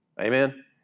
Amen